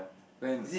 then